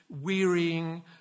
wearying